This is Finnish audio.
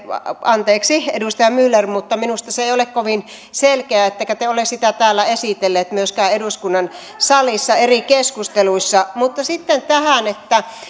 anteeksi edustaja myller mutta minusta se ei ole kovin selkeä ettekä te ole sitä myöskään esitelleet täällä eduskunnan salissa eri keskusteluissa mutta sitten tähän